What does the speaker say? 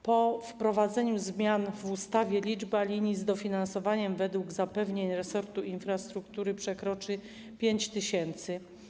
Po wprowadzeniu zmian w ustawie liczba linii z dofinansowaniem według zapewnień resortu infrastruktury przekroczy 5 tys.